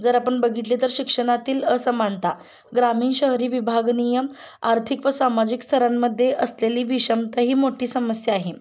जर आपण बघितले तर शिक्षणातील असमानता ग्रामीण शहरी विभाग नियम आर्थिक व सामाजिक स्तरांमध्ये असलेली विषमता ही मोठी समस्या आहे